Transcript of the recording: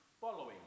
following